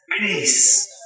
grace